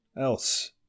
else